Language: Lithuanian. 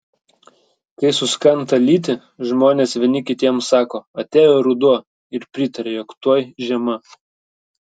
kai suskanta lyti žmonės vieni kitiems sako atėjo ruduo ir pritaria jog tuoj žiema